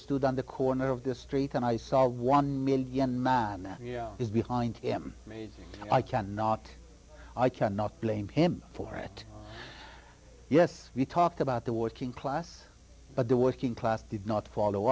stood on the corner of this street and i saw one man young man that is behind me i cannot i cannot blame him for it yes we talked about the working class but the working class did not follow